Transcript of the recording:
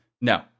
No